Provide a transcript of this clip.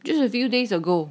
just few days ago